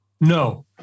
No